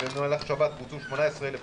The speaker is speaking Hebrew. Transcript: במהלך שבת בוצעו 18,000 בדיקות,